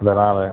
இல்லை நான்